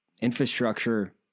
infrastructure